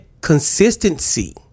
consistency